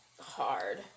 hard